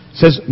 says